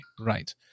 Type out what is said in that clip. right